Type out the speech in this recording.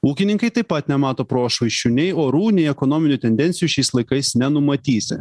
ūkininkai taip pat nemato prošvaisčių nei orų nei ekonominių tendencijų šiais laikais nenumatysi